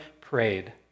prayed